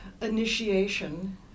initiation